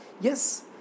Yes